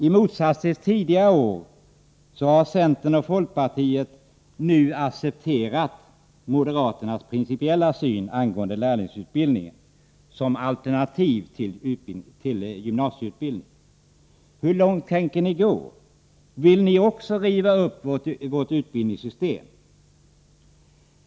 I motsats till tidigare år har centern och folkpartiet nu accepterat moderaternas principiella syn angående lärlingsutbildningen som alternativ till gymnasieutbildningen. Hur långt tänker ni gå? Vill ni också riva upp vårt utbildningssystem?